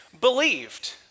believed